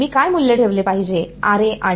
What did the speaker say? मी काय मूल्य ठेवले पाहिजे आणि